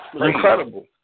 incredible